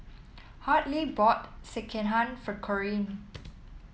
Hartley bought Sekihan for Corine